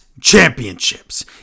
championships